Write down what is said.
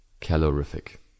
calorific